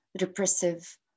repressive